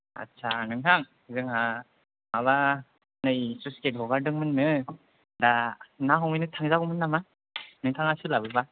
आथसा नोंथां जोंहा माबा नै सुइसगेत हगारदोंमोननो दा ना हमैनो थांजागौमोन नामा नोंथाङा सोलाबोबा